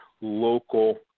local